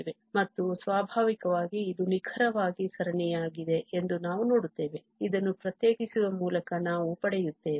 ಮತ್ತು ಸ್ವಾಭಾವಿಕವಾಗಿ ಇದು ನಿಖರವಾಗಿ ಸರಣಿಯಾಗಿದೆ ಎಂದು ನಾವು ನೋಡುತ್ತೇವೆ ಇದನ್ನು ಪ್ರತ್ಯೇಕಿಸುವ ಮೂಲಕ ನಾವು ಪಡೆಯುತ್ತೇವೆ